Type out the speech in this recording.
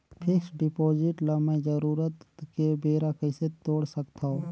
Fixed deposit ल मैं जरूरत के बेरा कइसे तोड़ सकथव?